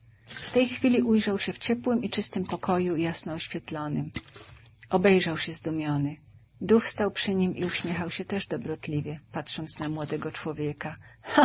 w tej chwili ujrzał się w ciepłym i czystym pokoju jasno oświetlonym obejrzał się zdumiony duch stał przy nim i uśmiechał się też dobrotliwie patrząc na młodego człowieka